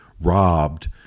robbed